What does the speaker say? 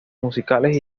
musicales